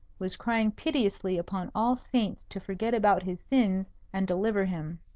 was crying piteously upon all saints to forget about his sins and deliver him.